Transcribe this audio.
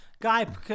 Guy